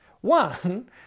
One